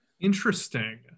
Interesting